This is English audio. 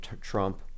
Trump